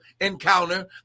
encounter